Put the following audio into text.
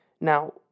Now